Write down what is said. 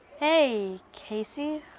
hey, casey.